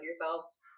yourselves